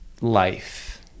life